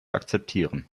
akzeptieren